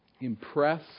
impress